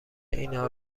اینا